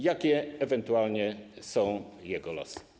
Jakie ewentualnie są jego losy?